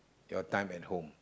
your time at home